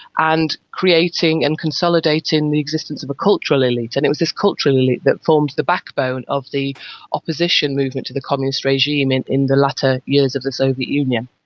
and creating and consolidating the existence of a cultural elite. and it was this cultural elite that formed the backbone of the opposition movement to the communist regime and in the latter years of the soviet union.